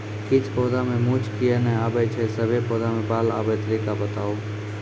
किछ पौधा मे मूँछ किये नै आबै छै, सभे पौधा मे बाल आबे तरीका बताऊ?